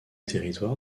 territoire